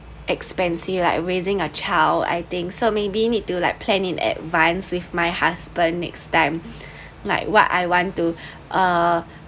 expensive like raising a child I think so maybe need to like plan in advance with my husband next time like what I want to uh